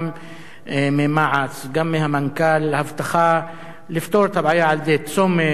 גם ממע"צ וגם מהמנכ"ל הבטחה לפתור את הבעיה על-ידי צומת,